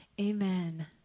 Amen